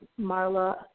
Marla